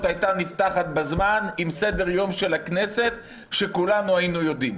הייתה נפתחת בזמן עם סדר יום של הכנסת שכולנו היינו יודעים.